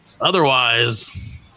otherwise